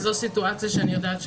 זו סיטואציה שאני יודעת שקיימת.